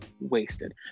wasted